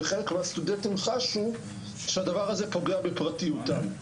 וחלק מהסטודנטים חשו שהדבר הזה פוגע בפרטיותם.